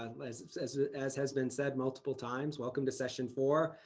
ah as ah as has been said multiple times, welcome to session four.